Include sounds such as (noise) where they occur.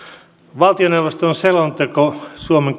valtioneuvoston selonteko suomen (unintelligible)